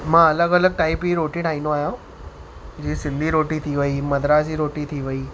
मां अलॻि अलॻि टाइप जी रोटी ठाहींदो आहियां जीअं सिंधी रोटी थी वेई मद्रासी रोटी थी वेई